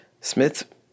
Smith